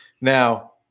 Now